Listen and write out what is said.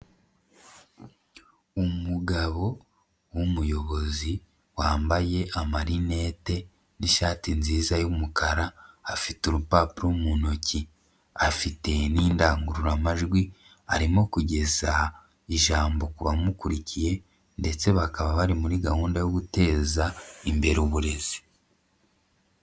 Umugabo w'umuyobozi wambaye amarinete n'ishati nziza y'umukara afite urupapuro mu ntoki, afite n'indangururamajwi arimo kugeza ijambo ku bamukurikiye ndetse bakaba bari muri gahunda yo guteza imbere uburezi.